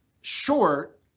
short